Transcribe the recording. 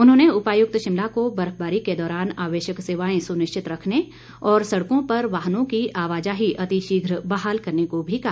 उन्होंने उपायुक्त शिमला को बर्फबारी के दौरान आवश्यक सेवाएं सुनिश्चित रखने और सड़कों पर वाहनों की आवाजाही अति शीघ्र बहाल करने को भी कहा